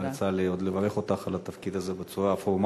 עוד לא יצא לי לברך אותך על התפקיד הזה בצורה פורמלית,